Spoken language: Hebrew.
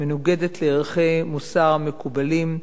מנוגדת לערכי מוסר מקובלים,